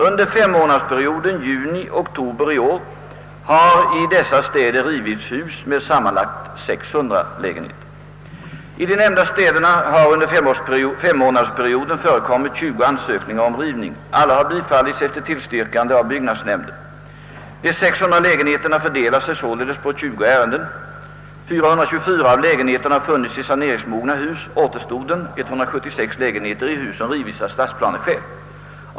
Under fem månadersperioden juni—oktober i år har i dessa städer rivits hus med sammanlagt 600 lägenheter. I de nämnda städerna har under femmånadersperioden förekommit 20 ansökningar om rivning. Alla har bifallits efter tillstyrkande av byggnadsnämnden. De 600 lägenheterna fördelar sig således på 20 ärenden. 424 av lägenheterna har funnits i saneringsmogna hus och återstoden, 176 lägenheter, i hus som rivits av stadsplaneskäl.